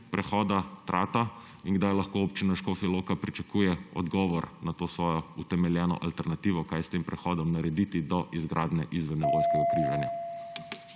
prehoda Trata in kdaj lahko Občina Škofja Loka pričakuje odgovor na to svojo utemeljeno alternativo, kaj s tem prehodom narediti do izgradnje izvennivojskega križanja?